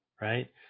right